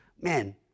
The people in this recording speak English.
man